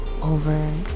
over